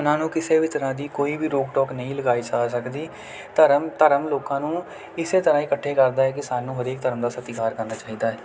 ਉਹਨਾਂ ਨੂੰ ਕਿਸੇ ਵੀ ਤਰ੍ਹਾਂ ਦੀ ਕੋਈ ਵੀ ਰੋਕ ਟੋਕ ਨਹੀਂ ਲਗਾਈ ਜਾ ਸਕਦੀ ਧਰਮ ਧਰਮ ਲੋਕਾਂ ਨੂੰ ਇਸ ਤਰ੍ਹਾਂ ਹੀ ਇਕੱਠੇ ਕਰਦਾ ਹੈ ਕਿ ਸਾਨੂੰ ਹਰੇਕ ਧਰਮ ਦਾ ਸਤਿਕਾਰ ਕਰਨਾ ਚਾਹੀਦਾ ਹੈ